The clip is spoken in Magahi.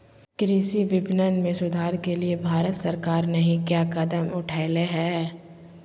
कृषि विपणन में सुधार के लिए भारत सरकार नहीं क्या कदम उठैले हैय?